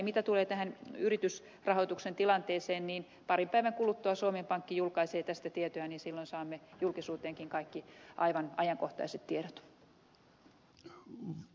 mitä tulee tähän yritysrahoituksen tilanteeseen niin parin päivän kuluttua suomen pankki julkaisee tästä tietoja ja silloin saamme julkisuuteenkin kaikki aivan ajankohtaiset tiedot